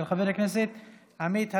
של חבר הכנסת עמית הלוי.